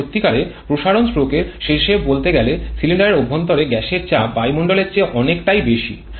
তবে সত্যিকারের প্রসারণ স্ট্রোকের শেষে বলতে গেলে সিলিন্ডারের অভ্যন্তরে গ্যাসের চাপ বায়ুমণ্ডলের চেয়ে অনেকটাই বেশি